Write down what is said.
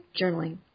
journaling